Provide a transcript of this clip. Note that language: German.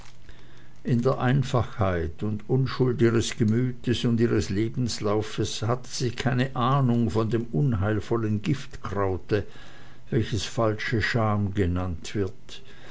in der einfachheit und unschuld ihres gemütes und ihres lebenslaufes hatte sie keine ahnung von dem unheilvollen giftkraute welches falsche scham genannt wird